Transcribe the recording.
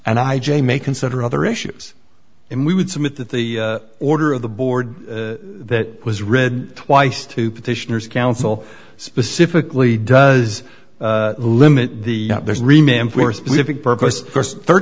and i j may consider other issues and we would submit that the order of the board that was read twice to petitioners counsel specifically does limit the there's